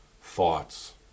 thoughts